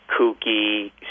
kooky